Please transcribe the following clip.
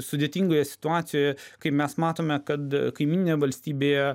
sudėtingoje situacijoje kai mes matome kad kaimyninėje valstybėje